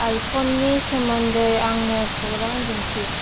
आइफननि सोमोन्दै आंनो खौरां दिन्थि